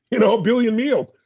you know billion meals.